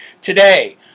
today